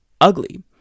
ugly